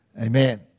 amen